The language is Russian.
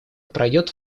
пройдет